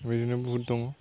बेबायदिनो बहुद दं